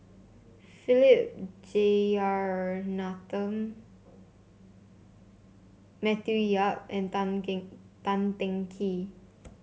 Philip Jeyaretnam Matthew Yap and Tan King Tan Teng Kee